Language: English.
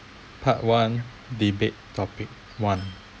part one debate topic one